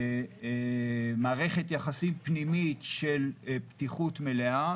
מערכת יחסים פנימית של פתיחות מלאה,